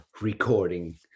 recording